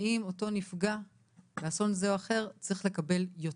האם אותו נפגע באסון זה או אחר צריך לקבל יותר.